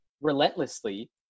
relentlessly